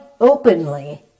openly